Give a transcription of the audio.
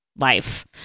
life